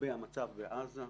לגבי המצב בעזה,